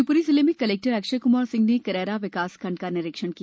शिवपुरी जिले में कलेक्टर अक्षय कुमार सिंह ने करैरा विकासखंड का निरीक्षण किया